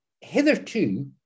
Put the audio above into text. hitherto